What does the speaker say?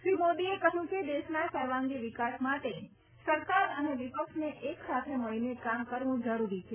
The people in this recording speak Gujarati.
શ્રી મોદીએ કહયું કે દેશના સર્વાંગી વિકાસ માટે સરકાર અને વિપક્ષને એક સાથે મળીને કામ કરવું જરૂરી છે